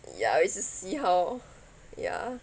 ya it just see how ya